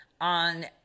on